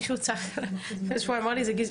מישהו אמר לי זה גזענות,